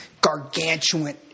gargantuan